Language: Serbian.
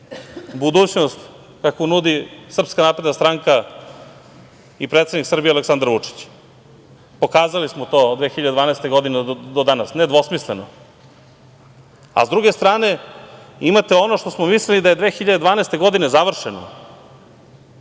budućnost kakvu nudi SNS i predsednik Srbije Aleksandar Vučić. Pokazali smo to 2012. godine do danas nedvosmisleno. Sa druge strane, imate ono što smo mislili da je 2012. godine završeno,